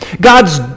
God's